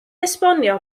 esbonio